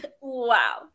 wow